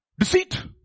Deceit